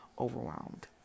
overwhelmed